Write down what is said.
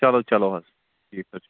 چلو چلو حظ ٹھیٖکھ حظ چھُ